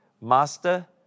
Master